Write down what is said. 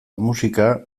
musika